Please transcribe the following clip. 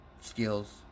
skills